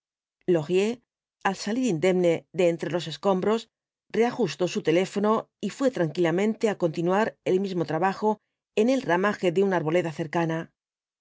laurier al salir indemne de entre los escombros reajustó su teléfono y fué tranquilamente á continuar el mismo trabajo en el ramaje de una arboleda cercana